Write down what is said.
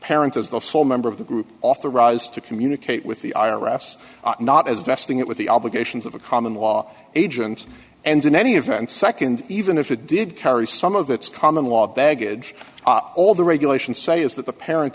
parent as the sole member of the group authorized to communicate with the i r s not as vesting it with the obligations of a common law agent and in any event nd even if it did carry some of its common law baggage all the regulations say is that the parent